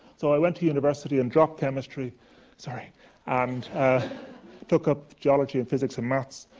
so, i went to university and dropped chemistry sorry and took up geology and physics and maths.